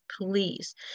please